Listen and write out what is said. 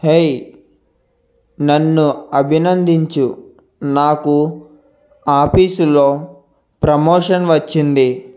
hey నన్ను అభినందించు నాకు ఆఫీసులో ప్రమోషన్ వచ్చింది